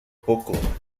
poco